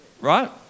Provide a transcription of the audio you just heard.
right